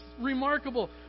remarkable